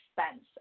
expense